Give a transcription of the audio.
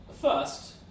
First